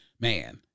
man